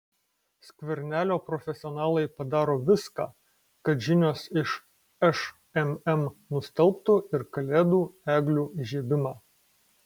skvernelio profesionalai padaro viską kad žinios iš šmm nustelbtų ir kalėdų eglių įžiebimą